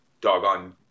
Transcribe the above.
Doggone